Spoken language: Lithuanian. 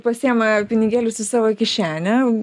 pasiima pinigėlius į savo kišenę